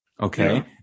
Okay